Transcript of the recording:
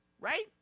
right